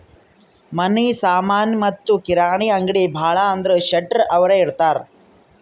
ಮನಿ ಸಾಮನಿ ಮತ್ತ ಕಿರಾಣಿ ಅಂಗ್ಡಿ ಭಾಳ ಅಂದುರ್ ಶೆಟ್ಟರ್ ಅವ್ರೆ ಇಡ್ತಾರ್